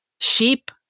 sheep